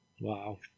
Wow